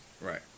Right